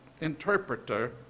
interpreter